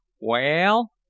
Well